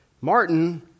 Martin